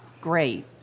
great